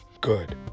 good